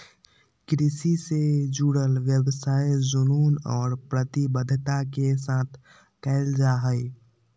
कृषि से जुडल व्यवसाय जुनून और प्रतिबद्धता के साथ कयल जा हइ